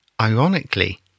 Ironically